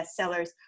bestsellers